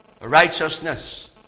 righteousness